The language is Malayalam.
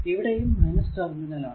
ഇവിടെയും ടെർമിനൽ ആണ്